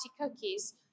cookies